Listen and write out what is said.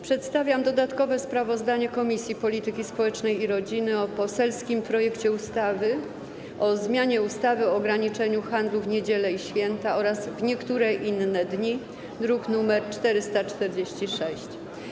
Przedstawiam dodatkowe sprawozdanie Komisji Polityki Społecznej i Rodziny o poselskim projekcie ustawy o zmianie ustawy o ograniczeniu handlu w niedziele i święta oraz w niektóre inne dni, druk nr 1446.